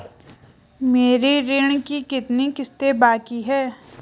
मेरे ऋण की कितनी किश्तें बाकी हैं?